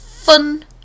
fun